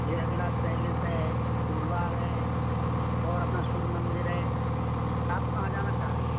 जय विलास पैलेस है फूल बाग़ है और अपना सूर्य मंदिर है आप कहाँ जाना चाह रही हो